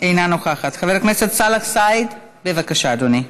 אינה נוכחת, חבר הכנסת סאלח סעד, בבקשה, אדוני.